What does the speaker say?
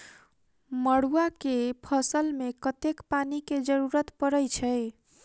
मड़ुआ केँ फसल मे कतेक पानि केँ जरूरत परै छैय?